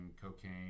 cocaine